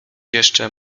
jeszcze